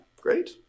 Great